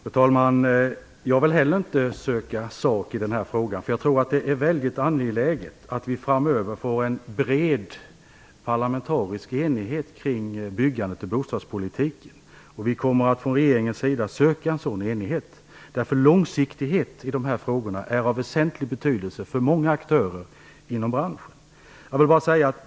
Fru talman! Jag vill heller inte söka sak i denna fråga, för jag tror att det är väldigt angeläget att vi framöver får en bred parlamentarisk enighet kring byggandet och bostadspolitiken. Vi kommer från regeringens sida att söka en sådan enighet. Långsiktighet i dessa frågor är av väsentlig betydelse för många aktörer inom branschen.